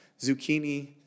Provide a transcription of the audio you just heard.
zucchini